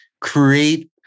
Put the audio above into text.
create